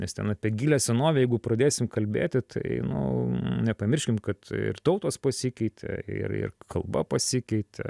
nes ten apie gilią senovę jeigu pradėsim kalbėti tai nu nepamirškim kad ir tautos pasikeitė ir ir kalba pasikeitė